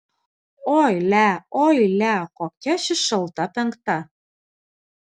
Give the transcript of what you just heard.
oi lia oi lia kokia ši šalta penkta